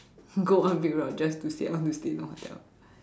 go one big round just to say I want to stay in a hotel